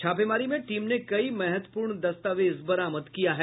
छापेमारी में टीम ने कई महत्वपूर्ण दस्तावेज बरामद किया है